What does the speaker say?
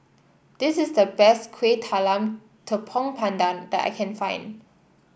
this is the best Kueh Talam Tepong Pandan that I can find